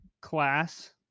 class